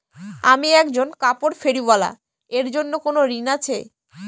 আমি একজন কাপড় ফেরীওয়ালা এর জন্য কোনো ঋণ আছে?